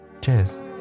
cheers